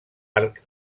arc